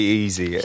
easy